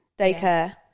daycare